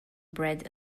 bread